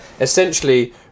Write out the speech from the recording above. essentially